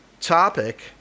topic